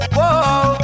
Whoa